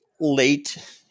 late